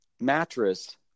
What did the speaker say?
mattress